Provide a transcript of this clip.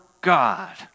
God